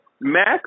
Mac